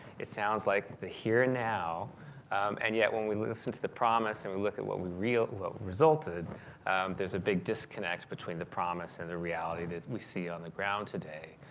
it sounds like the here now and yet when we listen to the promise and we look at what we real resulted there's a big disconnect between the promise and the reality that we see on the ground today.